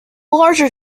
larger